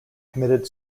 committed